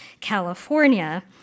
California